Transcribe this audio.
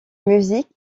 musique